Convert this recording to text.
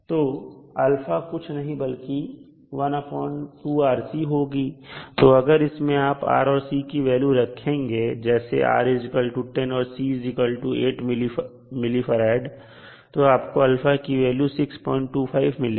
तो α कुछ भी नहीं बल्कि होगी तो अगर इसमें आप R और C की वैल्यू रखें जैसे R10 और C8 mF तो आपको α की वैल्यू 625 मिलेगी